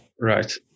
Right